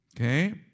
Okay